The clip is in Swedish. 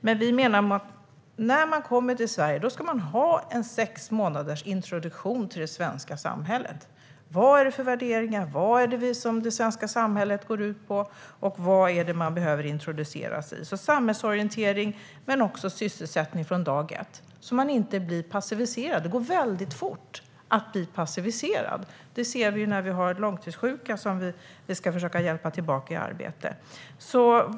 Men vi menar att när man kommer till Sverige ska man ha en sexmånadersintroduktion till det svenska samhället. Det ska handla om svenska värderingar, om det svenska samhället och övrigt som man behöver introduceras i. Man får samhällsorientering men också sysselsättning från dag ett så att man inte blir passiviserad. Det går fort att bli passiviserad. Det ser vi när långtidssjuka ska hjälpas tillbaka i arbete.